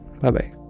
Bye-bye